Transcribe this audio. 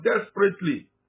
desperately